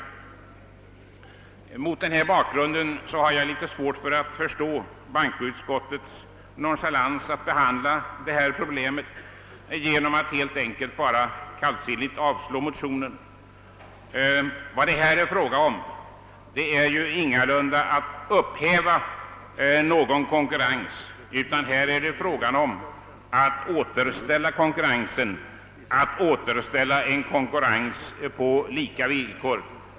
Mot denna bakgrund har jag litet svårt att förstå bankoutskottets nonchalanta behandling av detta problem genom att helt enkelt kallsinnigt avstyrka motionen. Här är det ingalunda fråga om att upphäva någon konkurrens, utan här är det fråga om att återställa en konkurrens på lika villkor.